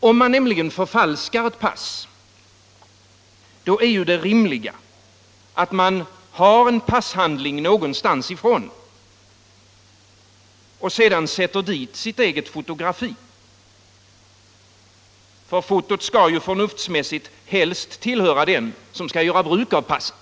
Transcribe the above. Om man nämligen förfalskar ett pass, så är ju det rimliga att man har en passhandling någonstans ifrån och sätter dit sitt eget fotografi, ty fotot skall ju förnuftsmässigt helst tillhöra den som skall göra bruk av passet.